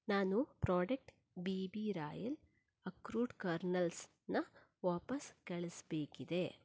ನಾನು product B B royal ಅಕ್ರೂಟ್ ಕರ್ನಲ್ಸನ್ನ ವಾಪಸ್ ಕಳಿಸಬೇಕಿದೆ